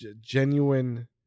genuine